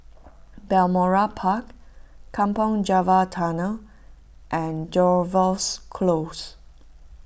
Balmoral Park Kampong Java Tunnel and Jervois Close